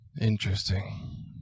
interesting